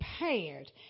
prepared